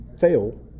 fail